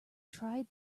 tried